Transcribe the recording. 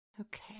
Okay